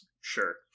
sure